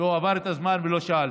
הוא עבר את הזמן ולא שאלתי.